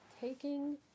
taking